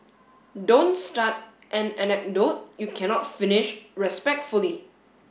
don't start an anecdote you cannot finish respectfully